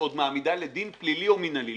ועוד מעמידה לדין פלילי או מינהלי.